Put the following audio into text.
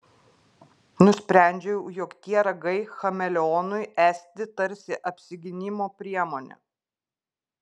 nusprendžiau jog tie ragai chameleonui esti tarsi apsigynimo priemonė